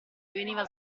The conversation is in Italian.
veniva